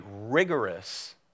rigorous